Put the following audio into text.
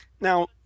Now